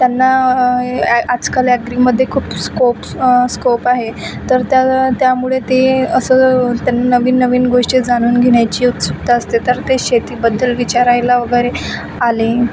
त्यांना ॲ आजकाल ॲग्रीमध्ये खूप स्कोप्स स्कोप आहे तर त्या त्यामुळे ते असं त्या नवीन नवीन गोष्टी जाणून घेण्याची उत्सुकता असते तर ते शेतीबद्दल विचारायला वगैरे आले